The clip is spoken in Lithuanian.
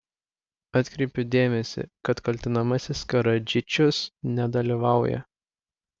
atkreipiu dėmesį kad kaltinamasis karadžičius nedalyvauja